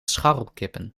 scharrelkippen